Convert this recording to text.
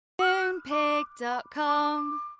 Moonpig.com